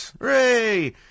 Hooray